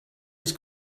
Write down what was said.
his